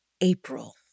April